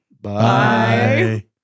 Bye